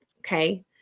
Okay